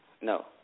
No